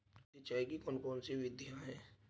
सिंचाई की कौन कौन सी विधियां हैं?